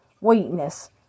weakness